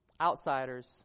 Outsiders